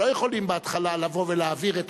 אבל לא יכולים בהתחלה לבוא ולהעביר את